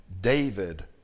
David